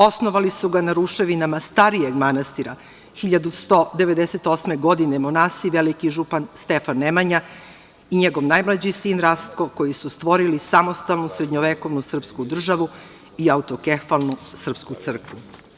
Osnovali su ga na ruševinama starijeg manastira 1198. godine monasi Veliki župan Stefan Nemanja i njegov najmlađi sin Rastko, koji su stvorili samostalnu srednjovekovne srpsku državu i autokefalnu srpsku crkvu.